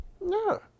No